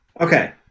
Okay